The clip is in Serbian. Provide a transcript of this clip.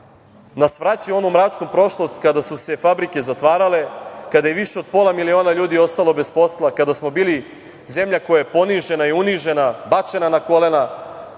nas vraća u onu mračnu prošlost kada su se fabrike zatvarale, kada je više od pola miliona ljudi ostalo bez posla, kada smo bili zemlja koja je ponižena i unižena, bačena na kolena,